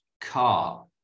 car